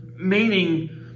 meaning